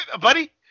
buddy